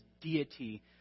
deity